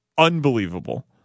Unbelievable